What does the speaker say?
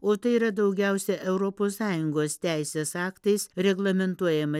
o tai yra daugiausia europos sąjungos teisės aktais reglamentuojama